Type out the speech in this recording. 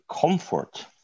comfort